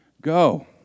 go